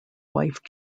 wife